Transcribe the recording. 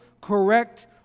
correct